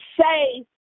say